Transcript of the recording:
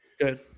Good